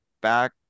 back